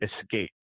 escape